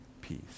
peace